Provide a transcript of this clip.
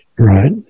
Right